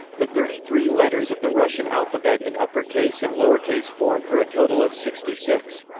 the thirty three letters of the russian alphabet in uppercase and lowercase form for a total of sixty six.